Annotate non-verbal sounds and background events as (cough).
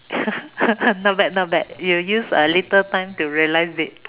(laughs) not bad not bad you use a little time to realize it